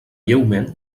lleument